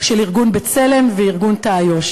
של ארגון "בצלם" וארגון "תעאיוש".